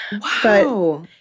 Wow